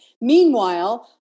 Meanwhile